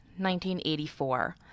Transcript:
1984